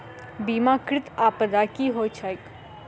बीमाकृत आपदा की होइत छैक?